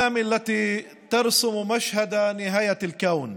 הלבנוניים נכתב היום שכמו בסרטים שבהם מוצגת סצנה של סוף היקום,